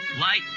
light